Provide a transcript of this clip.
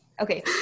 okay